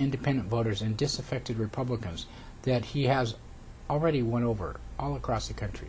independent voters and disaffected republicans that he has already won over all across the country